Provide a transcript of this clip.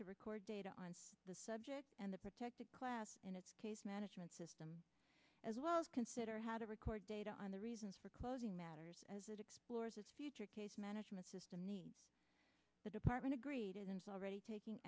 to record data on the subject and the protected class in its case management system as well as consider how to record data on the reasons for closing matters as it explores its future case management system the department agreed it is already taking